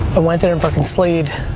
ah went there and fucking slayed